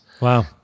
Wow